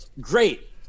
great